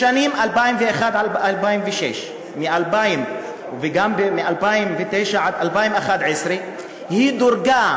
בשנים 2001 2006 וגם מ-2009 עד 2011 היא דורגה